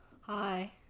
Hi